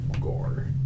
gore